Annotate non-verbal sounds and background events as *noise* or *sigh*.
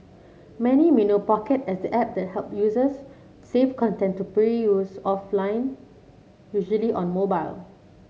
many may know Pocket as the app that help users save content to *unintelligible* offline usually on mobile